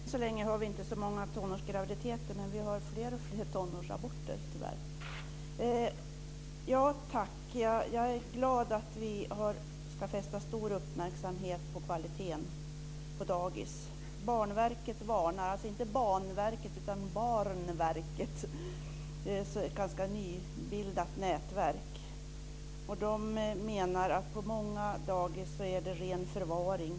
Fru talman! Än så länge har vi inte så många tonårsgraviditeter, men vi har fler och fler tonårsaborter - tyvärr. Jag är glad att vi ska fästa stor uppmärksamhet på kvaliteten på dagis. Barnverket - inte Banverket - ett nybildat nätverk, menar att det på många dagis är fråga om förvaring.